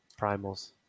Primals